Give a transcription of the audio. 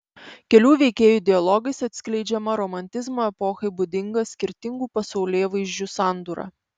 kelių veikėjų dialogais atskleidžiama romantizmo epochai būdinga skirtingų pasaulėvaizdžių sandūra